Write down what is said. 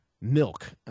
milk